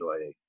enjoy